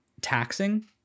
taxing